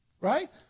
right